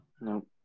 No